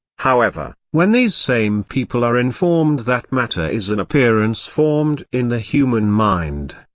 however, when these same people are informed that matter is an appearance formed in the human mind,